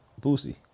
Boosie